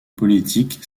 politiques